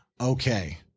Okay